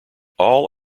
all